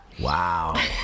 Wow